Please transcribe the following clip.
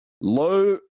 low